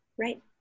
Right